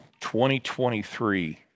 2023